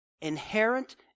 Inherent